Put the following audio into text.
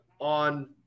on